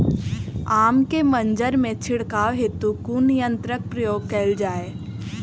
आम केँ मंजर मे छिड़काव हेतु कुन यंत्रक प्रयोग कैल जाय?